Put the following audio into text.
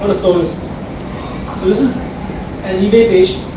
and service so this is an ebay page